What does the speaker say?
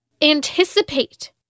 anticipate